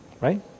Right